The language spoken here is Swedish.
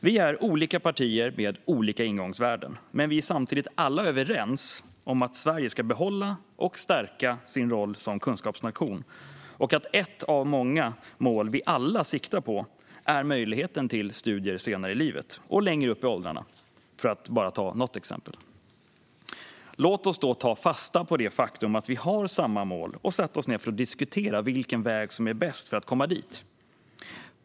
Vi är olika partier med olika ingångvärden, men vi är samtidigt alla överens om att Sverige ska behålla och stärka sin roll som kunskapsnation och att ett av många mål vi alla siktar på är möjligheten till studier senare i livet och längre upp i åldrarna, för att bara ta ett exempel. Låt oss då ta fasta på det faktum att vi har samma mål och sätta oss ned för att diskutera vilken väg som är bäst för att komma dit.